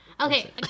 Okay